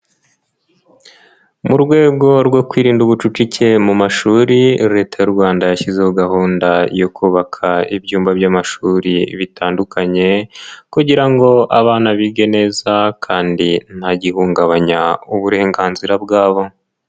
Mu rwego rwo kwirinda ubucucike mu mashuri, Leta y'u Rwanda yashyizeho gahunda yo kubaka ibyumba by'amashuri bitandukanye kugira ngo abana bige neza kandi nta gihungabanya uburenganzira bwabo.